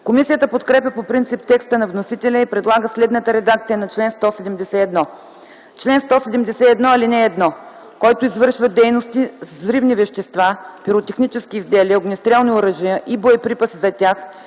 Комисията подкрепя по принцип текста на вносителя и предлага следната редакция на чл. 171: „Чл. 171. (1) Който извършва дейности с взривни вещества, пиротехнически изделия, огнестрелни оръжия и боеприпаси за тях